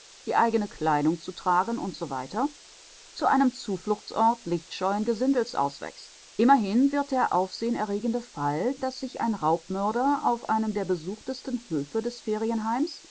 die eigene kleidung zu tragen usw zu einem zufluchtsort lichtscheuen gesindels auswächst immerhin wird der aufsehenerregende fall daß sich ein raubmörder auf einem der besuchtesten höfe des